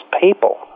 people